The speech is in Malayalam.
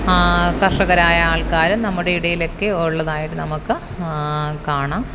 കർഷകരായ ആൾക്കാരും നമ്മുടെ ഇടയിലൊക്കെ ഉള്ളതായിട്ട് നമുക്ക് കാണാം